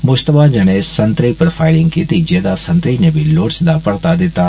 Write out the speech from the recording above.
मुष्तबा जनें संतरी पर फायरिंग कीती जेहदा संतरी नै बी लोड़चदा परता दित्ता